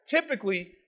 typically